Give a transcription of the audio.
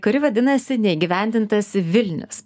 kuri vadinasi neįgyvendintas vilnius